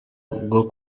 bwo